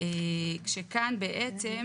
כשכאן בעצם